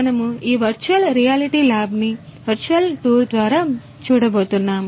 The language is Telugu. మనము ఈ వర్చువల్ రియాలిటీ ల్యాబ్ ని వర్చువల్ టూర్ద్వారా చూడబోతున్నాం